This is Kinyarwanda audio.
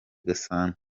gasana